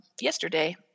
yesterday